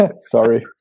sorry